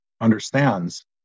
understands